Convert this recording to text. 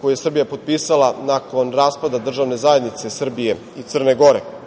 koji je Srbija potpisala nakon raspada Državne zajednice Srbije i Crne Gore.